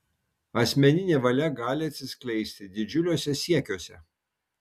asmeninė valia gali atsiskleisti didžiuliuose siekiuose